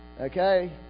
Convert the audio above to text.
okay